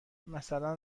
مثلا